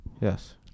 Yes